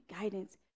guidance